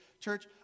Church